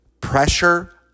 Pressure